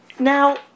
Now